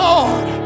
Lord